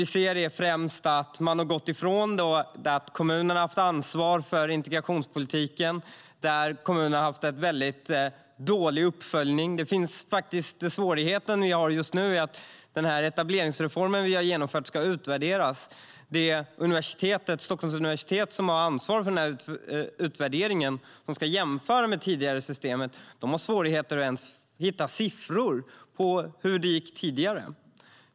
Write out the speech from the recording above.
Först och främst har man gått ifrån det system där kommunerna hade ansvar för integrationspolitiken. Kommunerna har haft en väldigt dålig uppföljning. Svårigheten vi har just nu är hur den etableringsreform vi genomfört ska utvärderas. Stockholms universitet, som har ansvar för utvärderingen, ska jämföra med det tidigare systemet. De har svårigheter att över huvud taget hitta siffror på hur det gick tidigare.